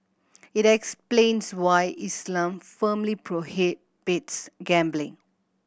it explains why Islam firmly prohibits gambling